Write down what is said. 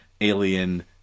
alien